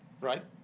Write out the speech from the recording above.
right